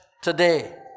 today